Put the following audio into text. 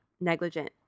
negligent